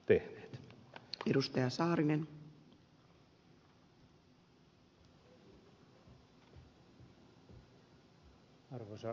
arvoisa rouva puhemies